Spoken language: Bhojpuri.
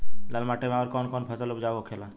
लाल माटी मे आउर कौन कौन फसल उपजाऊ होखे ला?